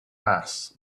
mass